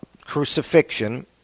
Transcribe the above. crucifixion